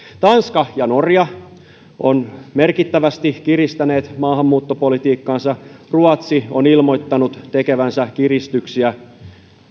tanska ja norja ovat merkittävästi kiristäneet maahanmuuttopolitiikkaansa ruotsi on ilmoittanut tekevänsä kiristyksiä